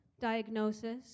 diagnosis